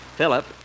Philip